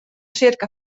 circa